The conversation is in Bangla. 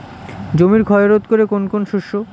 জমির ক্ষয় রোধ করে কোন কোন শস্য?